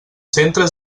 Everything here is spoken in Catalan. centres